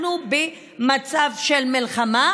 כי אנחנו במצב של מלחמה,